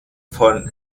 von